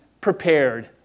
prepared